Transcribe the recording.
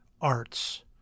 arts